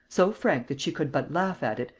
so frank that she could but laugh at it,